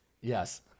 Yes